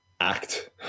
act